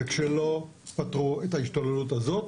כשלא פתרו את ההשתוללות הזאת,